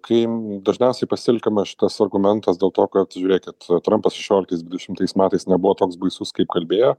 kai dažniausiai pasitelkiamas šitas argumentas dėl to kad žiūrėkit trampas šešioliktais dvidešimtais metais nebuvo toks baisus kaip kalbėjo